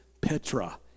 Petra